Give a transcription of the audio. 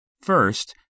First